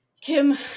Kim